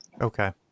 Okay